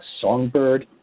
songbird